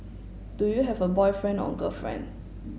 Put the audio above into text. do you have a boyfriend or girlfriend